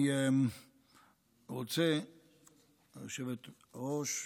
אני רוצה, היושבת-ראש,